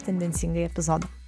tendencingai epizodą